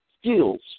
skills